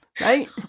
Right